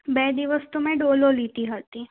બે દિવસ તો મેં ડોલો લીધી હતી